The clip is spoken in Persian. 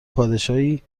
پادشاهی